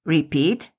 Repeat